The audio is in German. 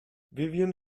vivien